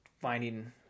finding